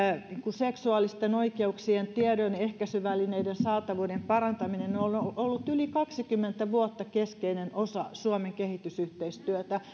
seksuaalisten oikeuksien tiedon ehkäisyvälineiden saatavuuden parantaminen ne ovat olleet jo yli kaksikymmentä vuotta keskeinen osa suomen kehitysyhteistyötä